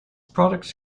products